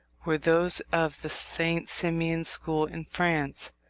were those of the st. simonian school in france.